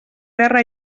terra